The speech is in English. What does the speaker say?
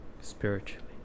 Spiritually